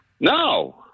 No